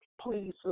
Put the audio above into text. please